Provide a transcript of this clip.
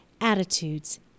attitudes